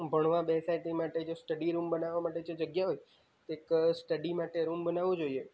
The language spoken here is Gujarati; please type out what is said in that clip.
ભણવા બેસાય તો તે માટે જો સ્ટડી રૂમ બનાવા માટે જો જગ્યા હોય તો એક સ્ટડી માટે રૂમ બનાવવો જોઈએ